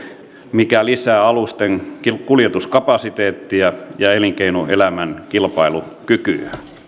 mikä lisää alusten kuljetuskapasiteettia ja elinkeinoelämän kilpailukykyä julkiset